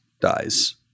dies